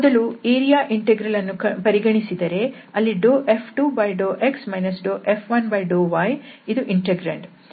ಮೊದಲು area integral ಅನ್ನು ಪರಿಗಣಿಸಿದರೆ ಅಲ್ಲಿ F2∂x F1∂y ಇದು ಇಂಟೆಗ್ರಾಂಡ್